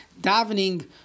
davening